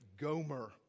Gomer